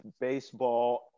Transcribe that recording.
baseball